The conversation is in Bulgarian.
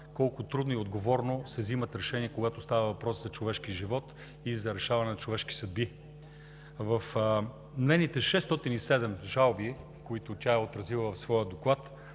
колко трудно и отговорно се взимат решения, когато става въпрос за човешки живот и за решаване на човешки съдби. В нейните 607 жалби, които тя е отразила в своя доклад